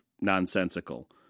nonsensical